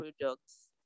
products